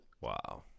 Wow